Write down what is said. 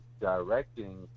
directing